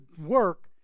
work